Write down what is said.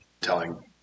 telling